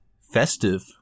festive